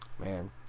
Man